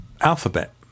Alphabet